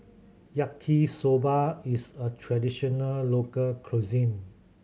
Yaki Soba is a traditional local cuisine